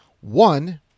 One